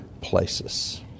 places